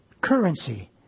currency